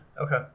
Okay